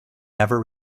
never